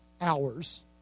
hours